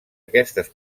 aquestes